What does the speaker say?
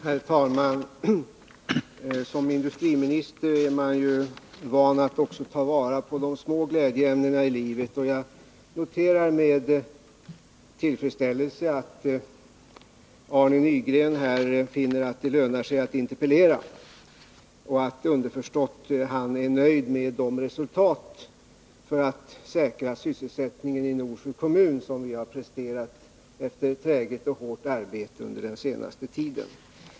Herr talman! Som industriminister är man van vid att ta vara på också de små glädjeämnena i livet. Jag noterar med tillfredsställelse att Arne Nygren här finner att det lönar sig att interpellera och att han — underförstått — är nöjd med de resultat av ansträngningarna att säkra sysselsättningen i Norsjö kommun som vi har presterat efter ett träget och hårt arbete under den senaste tiden.